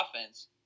offense